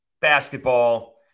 basketball